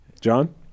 John